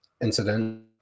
incident